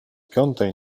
piątej